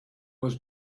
was